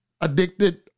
addicted